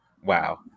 Wow